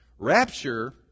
rapture